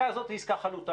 העסקה הזאת היא עסקה חלוטה,